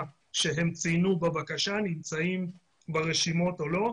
שהם ציינו בבקשה נמצאים ברשימות או לא.